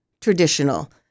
traditional